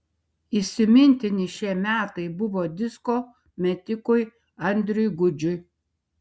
įsimintini šie metai buvo disko metikui andriui gudžiui